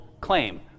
claim